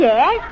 Yes